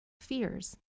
fears